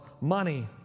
money